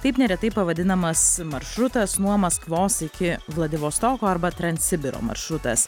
taip neretai pavadinamas maršrutas nuo maskvos iki vladivostoko arba transsibiro maršrutas